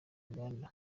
uganda